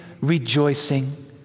rejoicing